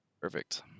Perfect